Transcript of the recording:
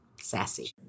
sassy